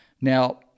Now